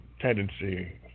tendency